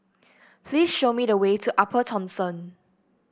please show me the way to Upper Thomson